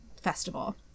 festival